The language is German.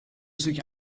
sich